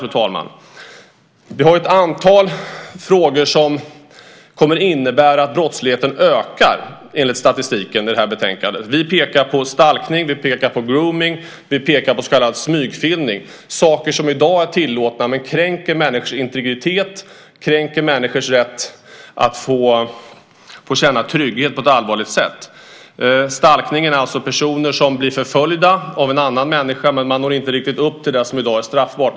I betänkandet tas ett antal frågor upp som enligt statistiken kommer att innebära att brottsligheten ökar. Vi pekar på stalkning, och vi pekar på grooming , och vi pekar på så kallad smygfilmning. Det är saker som i dag är tillåtna men som kränker människors integritet och människors rätt att få känna trygghet på ett allvarligt sätt. Stalkning är alltså när personer blir förföljda av en annan människa. Men man når inte riktigt upp till det som i dag är straffbart.